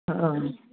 हँ